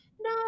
No